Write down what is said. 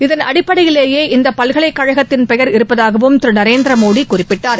இதன் அடிப்படையிலேயே இந்த பல்கலைக்கழகத்தின் பெயர் இருப்பதாகவும் திரு நரேந்திரமோடி குறிப்பிட்டார்